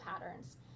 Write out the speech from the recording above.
patterns